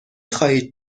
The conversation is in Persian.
خواهید